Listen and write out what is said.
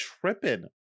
tripping